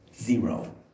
Zero